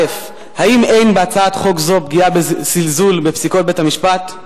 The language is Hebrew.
1. האם אין בהצעת חוק זו זלזול בפסיקות בית-המשפט?